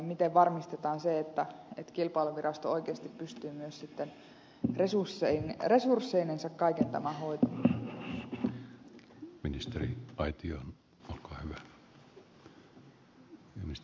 miten varmistetaan se että kilpailuvirasto oikeasti pystyy myös resursseiltaan kaiken tämän hoitamaan